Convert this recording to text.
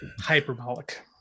hyperbolic